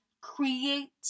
create